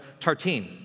Tartine